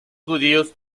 judíos